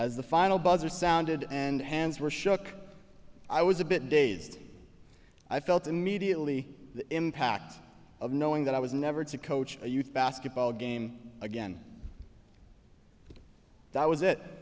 as the final buzzer sounded and hands were shook i was a bit dazed i felt immediately the impact of knowing that i was never to coach a youth basketball game again that was it